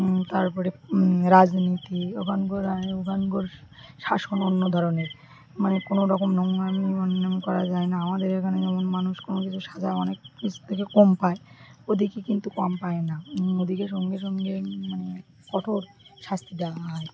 তারপরে রাজনীতি ওখানকার ওখানকার শাসন অন্য ধরনের মানে কোনো রকম নোংড়ামি নামী অনমি করা যায় না আমাদের এখানে যেমন মানুষ কোনো কিছু সাজা অনেক কিছু থেকে কম পায় ওদিকেই কিন্তু কম পায় না ওদিকে সঙ্গে সঙ্গে মানে কঠোর শাস্তি দেওয়া হয়